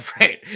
right